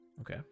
Okay